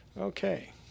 Okay